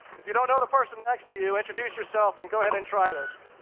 if you don't know the person next to you, introduce yourself and go ahead and try this.